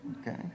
Okay